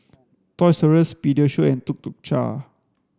toys R Us Pediasure and Tuk Tuk Cha